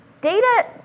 data